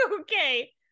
okay